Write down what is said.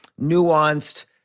nuanced